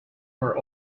were